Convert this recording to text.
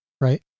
right